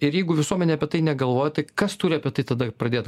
ir jeigu visuomenė apie tai negalvoja kas turi apie tai tada pradėt